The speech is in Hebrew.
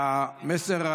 איתן,